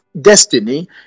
destiny